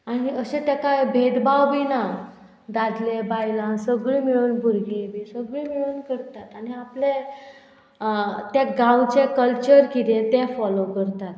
आनी अशें तेका भेदभाव बी ना दादले बायलां सगळीं मेळून भुरगीं बी सगळीं मेळून करतात आनी आपले तें गांवचे कल्चर कितें ते फोलो करतात